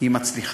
היא מצליחה.